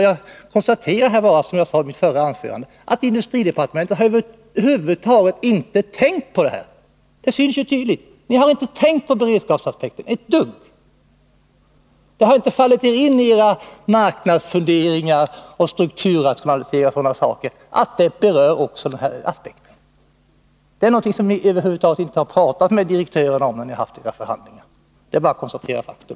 Jag konstaterar bara, som jag sade i mitt förra anförande, att industridepartementet över huvud taget inte har tänkt ett dugg på beredskapsaspekten — det syns ju tydligt. Det har inte fallit er in i era marknadsfunderingar om strukturrationalisering osv. att också den här aspekten måste beröras. Det är någonting som ni över huvud taget inte har pratat med direktörerna om, när ni haft era förhandlingar. Det är bara att konstatera faktum.